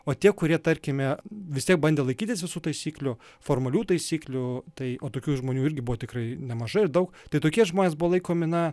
o tie kurie tarkime vis tiek bandė laikytis visų taisyklių formalių taisyklių tai o tokių žmonių irgi buvo tikrai nemažai ir daug tai tokie žmonės buvo laikomi na